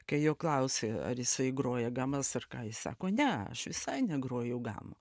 kai jo klausė ar jisai groja gamas ar ką jis sako ne aš visai negrojau gamų